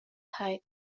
height